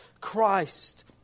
Christ